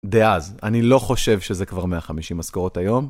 דאז, אני לא חושב שזה כבר 150 משכורות היום.